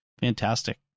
fantastic